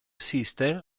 sister